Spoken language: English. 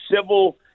civil